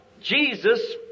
Jesus